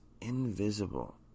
invisible